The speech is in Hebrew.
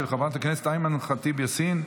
של חברת הכנסת אימאן ח'טיב יאסין.